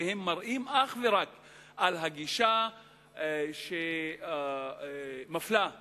והם מראים אך ורק על גישה שמפלה את